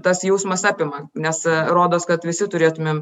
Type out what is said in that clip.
tas jausmas apima nes rodos kad visi turėtumėm